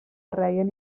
reien